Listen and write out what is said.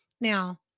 Now